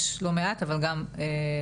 יש לא מעט אבל גם חסרים,